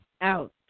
out